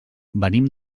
venim